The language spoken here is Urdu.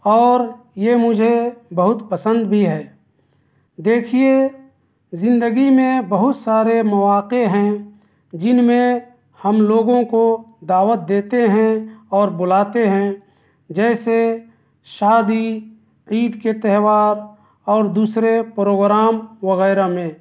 اور یہ مجھے بہت پسند بھی ہے دیکھیے زندگی میں بہت سارے مواقع ہیں جن میں ہم لوگوں کو دعوت دیتے ہیں اور بلاتے ہیں جیسے شادی عید کے تہوار اور دوسرے پروگرام وغیرہ میں